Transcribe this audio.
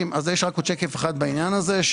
יש עוד שקף אחד בעניין הזה.